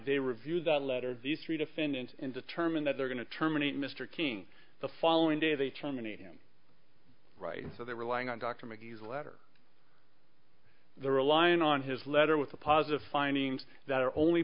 they reviewed that letter these three defendants in determine that they're going to terminate mr king the following day they terminate him right so they're relying on dr mcgee's letter they're relying on his letter with the positive findings that are only